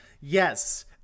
Yes